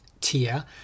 tier